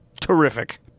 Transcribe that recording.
Terrific